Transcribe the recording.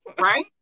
Right